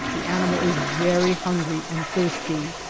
the animal is very hungry and thirsty.